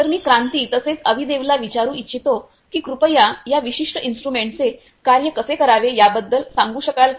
तर मी क्रांती तसेच अवीदेवला विचारू इच्छितो की कृपया या विशिष्ट इन्स्ट्रुमेंटचे कार्य कसे करावे याबद्दल सांगू शकाल का